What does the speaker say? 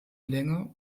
länge